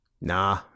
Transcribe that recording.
nah